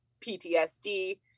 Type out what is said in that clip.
PTSD